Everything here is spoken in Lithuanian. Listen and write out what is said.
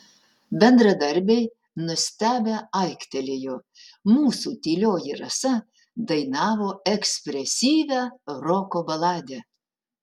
bendradarbiai nustebę aiktelėjo mūsų tylioji rasa dainavo ekspresyvią roko baladę